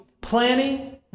planning